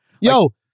Yo